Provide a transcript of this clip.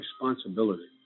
responsibility